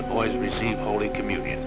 the boys receive holy communion